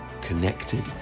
connected